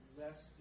less